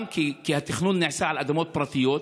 גם כי התכנון נעשה על אדמות פרטיות,